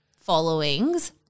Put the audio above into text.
followings